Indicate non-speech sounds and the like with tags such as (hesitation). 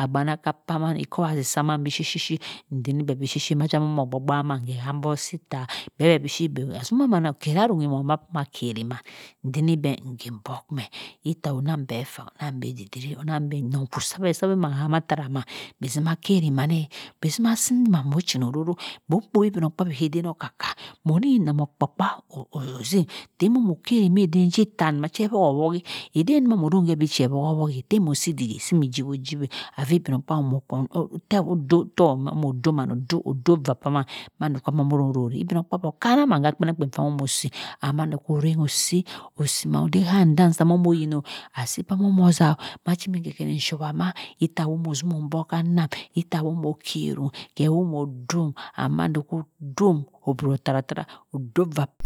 agbanoka sumane ikowazi kwaman bi shi shi ndi beh bi shi shi shi macha maman moh moh gba mmah nheseh hambuk sa ittah beh beh bi shi azi aman ake ohayo kwa aru ri mong kah ama kerimah nddini beh njibok meh itta onang bhe efa onang maneh ibe ko zina man ochinororo, bong kpowi igmokpabi hadem okar ka moni nnam okpa kpa or orohuzim enemeh kan kedem che wohowi teh mo si ddik so ojiwo jiweh avi igbmokpabi (hesitation) odoh vah saman mando ama ororeh igbmokpabi okana man kah oddik kpienangkpien amoh si and mando orengo si, osi handam sa moh oyinoh asi amoh ozah o ma mmi kien kien nshowa ma ittah onoh zinua buk hanam ittah omoh kherum keh owoh moh dhum and mandk kodum obro tara ta vah kwam.